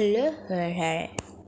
అర్హులు?